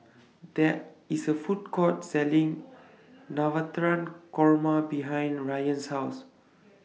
There IS A Food Court Selling Korma behind Ryann's House